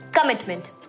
Commitment